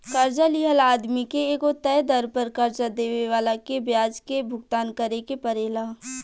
कर्जा लिहल आदमी के एगो तय दर पर कर्जा देवे वाला के ब्याज के भुगतान करेके परेला